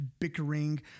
bickering